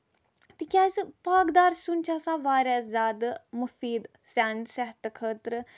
تِکیازِ پاکہٕ دار سیُن چھُ آسان واریاہ زیادٕ مُفیٖد سانہِ صحتہٕ خٲطرٕ